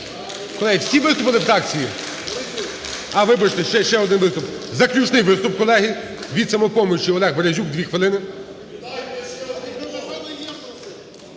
Колеги, всі виступили фракції? А! Вибачте! Ще один виступ. Заключний виступ, колеги. Від "Самопомочі" Олег Березюк, 2 хвилини.